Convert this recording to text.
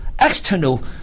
external